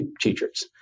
teachers